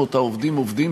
עובדים.